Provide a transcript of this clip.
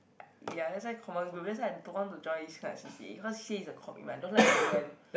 ya that's why common group that's why I don't want to join these kind of C_C_A cause C_C_A is a commitment I don't like commitment